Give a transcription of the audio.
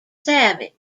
savage